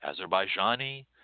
Azerbaijani